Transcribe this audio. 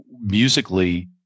musically